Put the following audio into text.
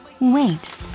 Wait